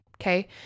Okay